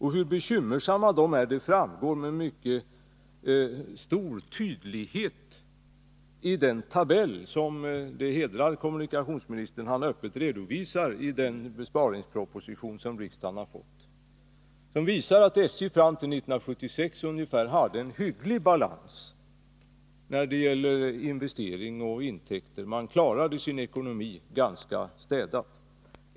Hur bekymmersam situationen är framgår med mycket stor tydlighet av den tabell som det hedrar kommunikationsministern att han öppet redovisar i den besparingsproposition som riksdagen har fått. Tabellen visar att SJ fram till 1976 ungefär hade en hygglig balans när det gäller investering och intäkter. Man klarade sin ekonomi ganska hyggligt.